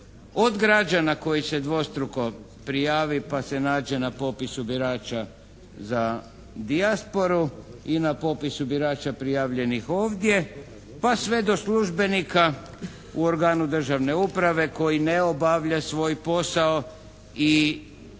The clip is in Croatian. od građana koji se dvostruko prijavi pa se nađe na popisu birača za dijasporu i na popisu birača prijavljenih ovdje, pa sve do službenika u organu državne uprave koji ne obavlja svoj posao i činjenicu